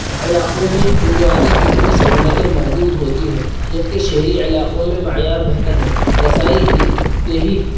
علاقوں میں بنیادی طبی سہولتیں محدود ہوتی ہیں جب کہ شہری علاقوں میں معیار بہتر ہے رسائی دیہی